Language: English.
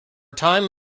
time